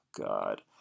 God